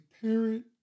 parent